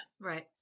Right